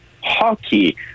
hockey